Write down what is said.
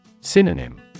Synonym